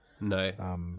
No